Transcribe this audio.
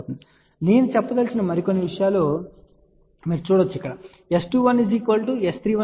ఇప్పుడు నేను చెప్పదలచిన మరికొన్ని విషయాలు మీరు చూడవచ్చు S21 S31 3 dB చూడవచ్చు